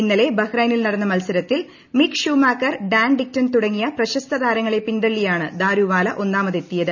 ഇന്നലെ ബഹ്റൈനിൽ നടന്ന മത്സരത്തിൽ മിക്ക് ഷൂമാക്കർ ഡാൻ ടിക്റ്റം തുടങ്ങിയ പ്രശസ്ത താരങ്ങളെ പിന്തള്ളിയാണ് ദാരുവാല ഒന്നാമതെത്തിയത്